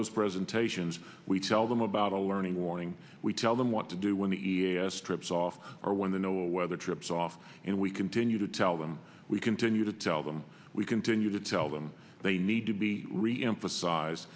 those presentations we tell them about a learning warning we tell them what to do when the strips off or when the no weather trips off and we continue to tell them we continue to tell them we continue to tell them they need to be reemphasize